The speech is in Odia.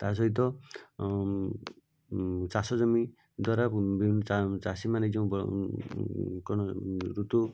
ତାସହିତ ଚାଷ ଜମି ଦ୍ୱାରା ବିଭିନ୍ନ ଚାଷୀମାନେ ଯେଉଁ କ'ଣ ଋତୁ